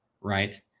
right